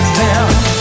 down